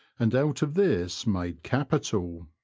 and out of this made capital.